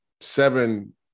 seven